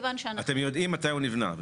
אתם יודעים מתי הוא נבנה בעצם.